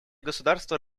государства